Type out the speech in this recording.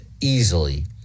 easily